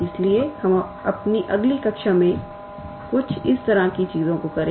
इसलिए हम अपनी अगली कक्षा में कुछ इस तरह की चीजों को करेंगे